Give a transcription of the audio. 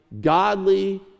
godly